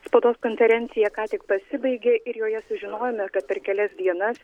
spaudos konferencija ką tik pasibaigė ir joje sužinojome kad per kelias dienas